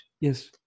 yes